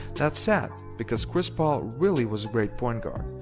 that's sad because chris paul really was a great point guard,